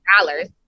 dollars